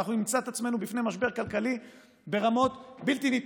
ואנחנו נמצא את עצמנו בפני משבר כלכלי ברמות בלתי נתפסות.